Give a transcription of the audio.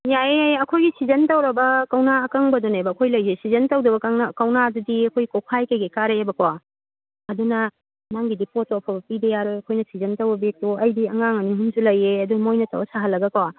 ꯌꯥꯏꯌꯦ ꯌꯥꯏꯌꯦ ꯑꯩꯈꯣꯏꯒꯤ ꯁꯤꯖꯟ ꯇꯧꯔꯕ ꯀꯧꯅꯥ ꯑꯀꯪꯕꯗꯅꯦꯕ ꯑꯩꯈꯣꯏꯒꯤ ꯂꯩꯔꯤꯁꯦ ꯁꯤꯖꯟ ꯇꯧꯗꯕ ꯀꯧꯅꯥꯗꯗꯤ ꯑꯩꯈꯣꯏ ꯀꯣꯛꯐꯥꯏ ꯀꯩꯀꯩ ꯀꯥꯔꯛꯑꯦꯕꯀꯣ ꯑꯗꯨꯅ ꯅꯪꯒꯤꯗꯤ ꯄꯣꯠꯇꯣ ꯑꯐꯕ ꯄꯤꯗꯕ ꯌꯥꯔꯣꯏ ꯑꯩꯈꯣꯏꯅ ꯁꯤꯖꯟ ꯇꯧꯕ ꯕꯦꯛꯇꯣ ꯑꯩꯗꯤ ꯑꯉꯥꯡ ꯑꯅꯤ ꯑꯍꯨꯝꯁꯨ ꯂꯩꯌꯦ ꯑꯗꯨ ꯃꯣꯏꯅ ꯇꯧꯔꯒ ꯁꯥꯍꯜꯂꯒꯀꯣ